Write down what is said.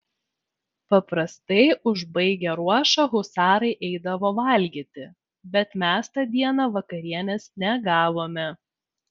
paprastai užbaigę ruošą husarai eidavo valgyti bet mes tą dieną vakarienės negavome